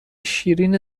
شیرین